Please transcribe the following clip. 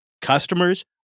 customers